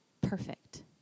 perfect